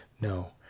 no